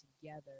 together